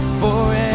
forever